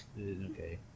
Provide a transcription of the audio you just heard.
Okay